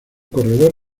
corredor